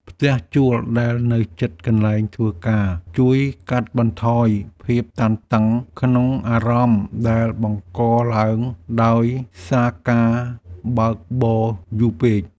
ផ្ទះជួលដែលនៅជិតកន្លែងធ្វើការជួយកាត់បន្ថយភាពតានតឹងក្នុងអារម្មណ៍ដែលបង្កឡើងដោយសារការបើកបរយូរពេក។